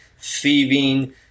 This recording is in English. thieving